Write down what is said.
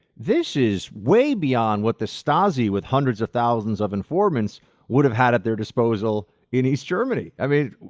this is way beyond what the stasi with hundreds of thousands of informants would've had at their disposal in east germany. i mean,